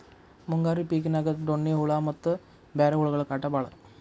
ಮುಂಗಾರಿ ಪಿಕಿನ್ಯಾಗ ಡೋಣ್ಣಿ ಹುಳಾ ಮತ್ತ ಬ್ಯಾರೆ ಹುಳಗಳ ಕಾಟ ಬಾಳ